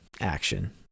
action